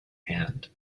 hand